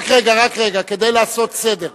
רק רגע, רק רגע, כדי לעשות סדר.